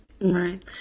right